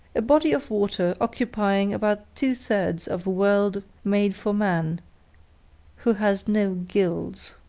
a body of water occupying about two-thirds of a world made for man who has no gills.